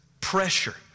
pressure